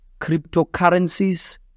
cryptocurrencies